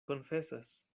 konfesas